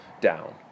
down